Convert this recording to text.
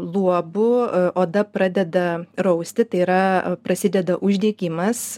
luobu oda pradeda rausti tai yra prasideda uždegimas